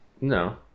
no